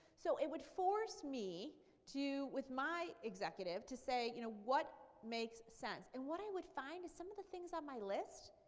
so it would force me with my executive to say you know what makes sense? and what i would find is some of the things on my list,